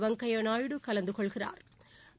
வெங்கையா நாயுடு கலந்து கொள்கிறாா்